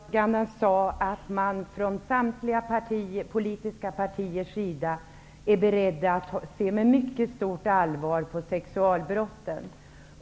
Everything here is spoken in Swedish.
Herr talman! Jag blev glad när föredraganden sade att man från samtliga politiska partiers sida är beredd att med mycket stort allvar beakta sexualbrotten.